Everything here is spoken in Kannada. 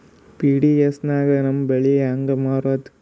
ಪಿ.ಡಿ.ಎಸ್ ನಾಗ ನಮ್ಮ ಬ್ಯಾಳಿ ಹೆಂಗ ಮಾರದ?